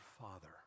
Father